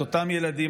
את אותם ילדים,